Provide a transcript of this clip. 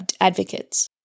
advocates